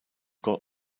got